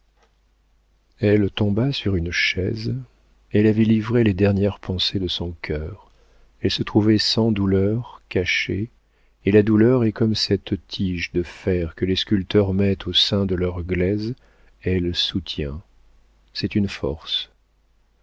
elle tomba sur une chaise elle avait livré les dernières pensées de son cœur elle se trouvait sans douleur cachée et la douleur est comme cette tige de fer que les sculpteurs mettent au sein de leur glaise elle soutient c'est une force